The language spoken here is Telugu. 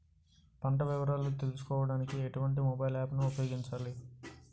పంట వివరాలు తెలుసుకోడానికి ఎటువంటి మొబైల్ యాప్ ను ఉపయోగించాలి?